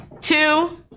two